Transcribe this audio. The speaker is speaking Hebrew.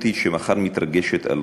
שמחר מתרגשת על ראשנו.